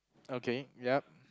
okay yup